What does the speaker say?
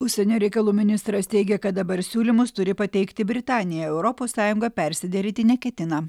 užsienio reikalų ministras teigė kad dabar siūlymus turi pateikti britanija europos sąjunga persiderėti neketina